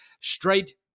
straight